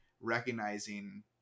recognizing